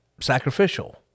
sacrificial